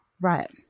Right